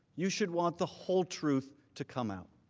you should want the whole truth to come out.